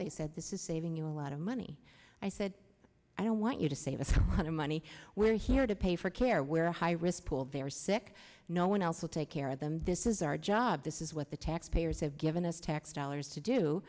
they said this is saving you a lot of money i said i don't want you to save a few hundred money we're here to pay for care where high risk pool very sick no one else will take care of them this is our job this is what the taxpayers have given us tax dollars to do